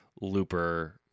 Looper